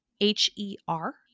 H-E-R